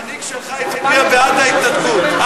המנהיג שלך הצביע בעד ההתנתקות.